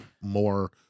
more